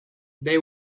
they